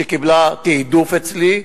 שקיבלה תעדוף אצלי.